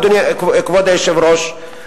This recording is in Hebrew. כבוד היושב-ראש,